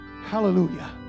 Hallelujah